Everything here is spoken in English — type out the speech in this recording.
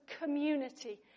community